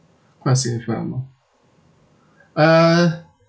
quite significant amount uh